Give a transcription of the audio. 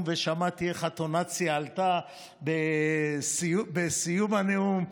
ושמעתי איך הטונציה עלתה בסיום הנאום.